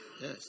Yes